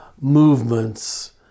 movements